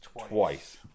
twice